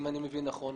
אם אני מבין נכון.